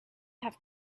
have